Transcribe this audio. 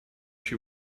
she